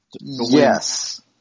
yes